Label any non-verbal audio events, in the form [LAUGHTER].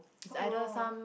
[NOISE] oh